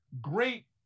Great